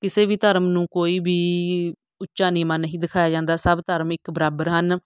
ਕਿਸੇ ਵੀ ਧਰਮ ਨੂੰ ਕੋਈ ਵੀ ਉੱਚਾ ਨੀਵਾਂ ਨਹੀਂ ਦਿਖਾਇਆ ਜਾਂਦਾ ਸਭ ਧਰਮ ਇੱਕ ਬਰਾਬਰ ਹਨ